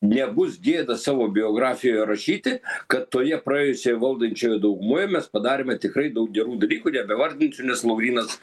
nebus gėda savo biografijoje rašyti kad toje praėjusioje valdančiojoje daugumoje mes padarėme tikrai daug gerų dalykų ir nebevardinsiu nes laurynas